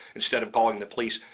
instead of calling the police.